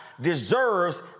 deserves